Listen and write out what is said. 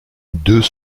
deux